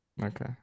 Okay